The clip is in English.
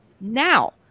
now